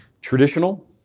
Traditional